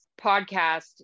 podcast